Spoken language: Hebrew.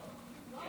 כבוד